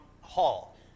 Hall